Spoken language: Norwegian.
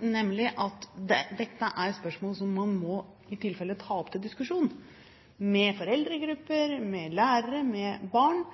nemlig at dette er spørsmål som man i tilfelle må ta opp til diskusjon med foreldregrupper, med lærere og med barn.